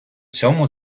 цьому